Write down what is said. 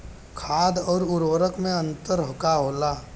खाद्य आउर उर्वरक में का अंतर होला?